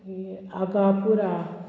मागीर आगा पुरा